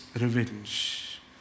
revenge